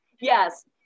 Yes